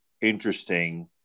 interesting